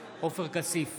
עופר כסיף,